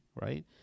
right